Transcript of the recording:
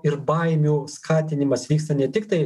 ir baimių skatinimas vyksta ne tik tai